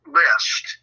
list